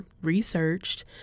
researched